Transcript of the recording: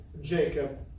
Jacob